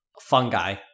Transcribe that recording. fungi